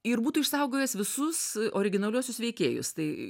ir būtų išsaugojęs visus originaliuosius veikėjus tai